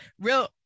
real